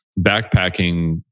backpacking